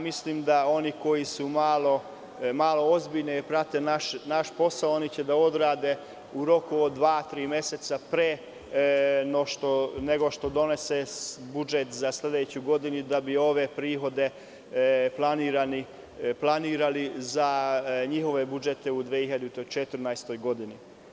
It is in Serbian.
Mislim da oni koji su ozbiljniji i prate naš posao, oni će to da odrade u roku od dva, tri meseca pre nego što se donese budžet za sledeću godinu, da bi ove prihode planirali za njihove budžete u 2014. godini.